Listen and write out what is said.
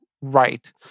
right